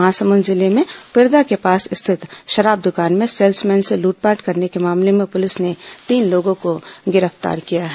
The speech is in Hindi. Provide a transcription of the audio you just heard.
महासमुंद जिले में पिरदा के पास स्थित शराब दुकान में सेल्समैन से लूटपाट करने के मामले में पुलिस ने तीन लोगों को गिरफ्तार किया है